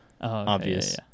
obvious